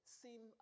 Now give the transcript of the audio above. seem